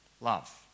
love